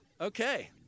Okay